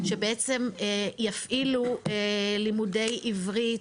שבעצם יפעילו לימודי עברית,